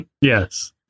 Yes